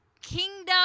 kingdom